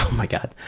my god.